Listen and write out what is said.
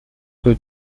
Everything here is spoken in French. que